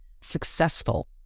successful